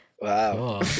Wow